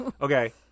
okay